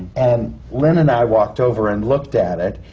and lynn and i walked over and looked at it.